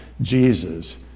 Jesus